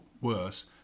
worse